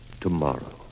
tomorrow